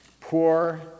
poor